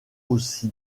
aussi